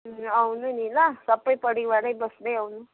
आउनु नि ल सबै परिवारै बस्दै आउनु